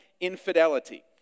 infidelity